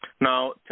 Now